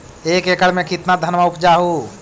एक एकड़ मे कितना धनमा उपजा हू?